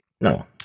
No